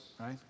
right